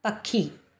पखी